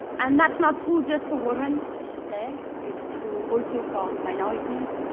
and that's not true just for women, i should say. it's true also for minorities.